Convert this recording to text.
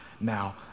now